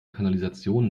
kanalisation